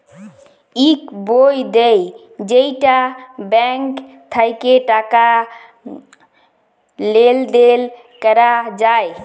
ইক বই দেয় যেইটা ব্যাঙ্ক থাক্যে টাকা লেলদেল ক্যরা যায়